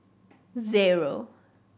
zero